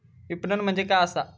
विपणन म्हणजे काय असा?